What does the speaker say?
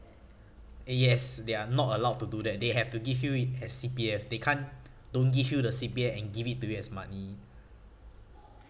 yes they are not allowed to do that they have to give you it as C_P_F they can't don't give you the C_P_F and give it to you as money